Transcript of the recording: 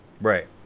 Right